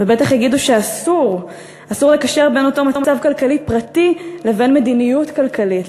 ובטח יגידו שאסור לקשר בין אותו מצב כלכלי פרטי לבין מדיניות כלכלית,